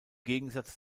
gegensatz